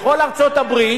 בכל ארצות-הברית